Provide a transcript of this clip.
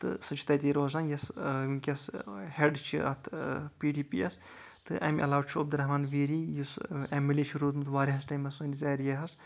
تہٕ سُہ چھُ تَتی روزان یۄس ؤنٛۍکیٚس ہیٚڈ چھ اَتھ پی ڈی پی یس تہٕ اَمہِ علاوٕ چھُ عبدالرحمن ویری یُس ایم ایل اے چھُ روٗدمُت واریاہَس ٹایمَس سٲنِس ایریاہَس